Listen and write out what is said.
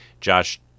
Josh